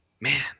man